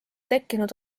tekkinud